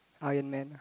Iron-Man